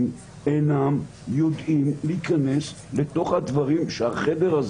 אינם יודעים להיכנס לתוך הדברים שהחדר,